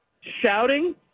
shouting